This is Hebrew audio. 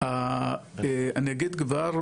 אני אגיד כבר,